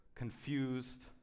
confused